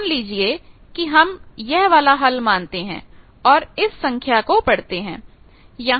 मान लीजिए कि हम यह वाला हल मानते हैं और इस संख्या को पढ़ते हैं